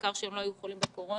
העיקר שהם לא יהיו חולים בקורונה.